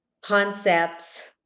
concepts